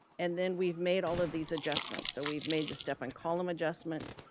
and then we've made all of these adjustments. so we've made the step and column adjustment,